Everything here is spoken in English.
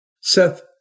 Seth